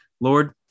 Lord